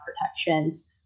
protections